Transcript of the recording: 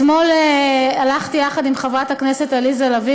אתמול הלכתי יחד עם חברת הכנסת עליזה לביא